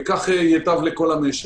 וכך ייטב לכל המשק.